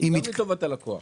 באיזה ריבית הוא נותן,